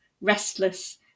restless